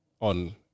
on